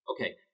Okay